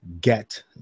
get